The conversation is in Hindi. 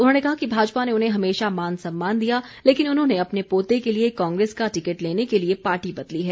उन्होंने कहा कि भाजपा ने उन्हें हमेशा मान सम्मान दिया लेकिन उन्होंने अपने पोते के लिए कांग्रेस का टिकट लेने के लिए पार्टी बदली है